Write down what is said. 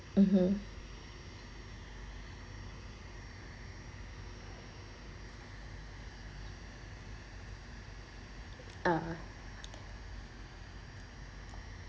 (uh huh) uh